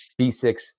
B6